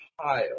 child